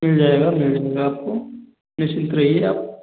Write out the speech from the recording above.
मिल जाएगा मिल जाएगा आपको निश्चिंत रहिए आप